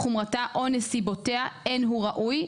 חומרתה או נסיבותיה אין הוא ראוי,